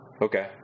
Okay